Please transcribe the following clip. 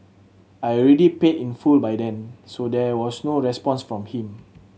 I already paid in full by then so there was no response from him